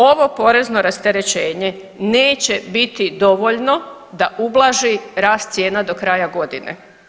Ovo porezno rasterećenje neće biti dovoljno da ublaži rast cijena do kraja godine.